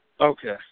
Okay